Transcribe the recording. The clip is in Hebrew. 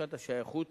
ובתחושת השייכות